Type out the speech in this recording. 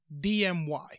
DMY